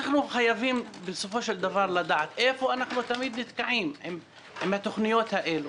אנחנו חייבים בסופו של דבר לדעת איפה אנחנו תמיד נתקעים עם התכניות האלו